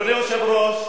אדוני היושב-ראש,